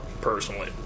Personally